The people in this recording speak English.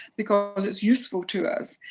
because it's useful to us.